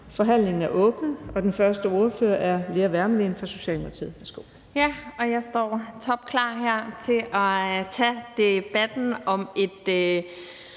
Forhandlingen er åbnet, og den første ordfører er Lea Wermelin fra Socialdemokratiet.